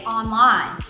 online